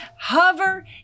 Hover